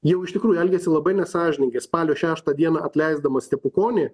jau iš tikrųjų elgėsi labai nesąžiningai spalio šeštą dieną atleisdamas stepukonį